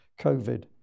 COVID